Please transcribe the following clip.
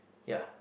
ya